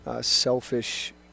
selfish –